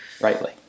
Rightly